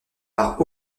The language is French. par